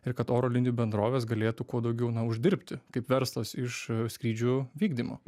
ir kad oro linijų bendrovės galėtų kuo daugiau na uždirbti kaip verslas iš skrydžių vykdymų